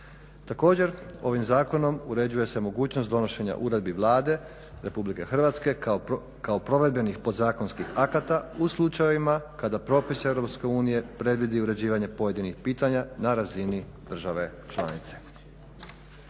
Također ovim zakonom uređuje se mogućnost donošenja uredbi Vlade RH kao provedbenih podzakonskih akata u slučajevima kada propisi EU predvidi uređivanje pojedinih pitanja na razini države članice.